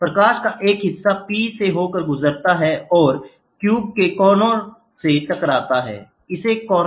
प्रकाश का एक हिस्सा P से होकर गुजरता है और क्यूब के कोने से टकराता है इसे कॉर्नर क्यूब कहा जाता है